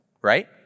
Right